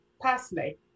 personally